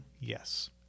yes